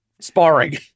sparring